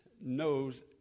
knows